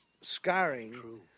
scarring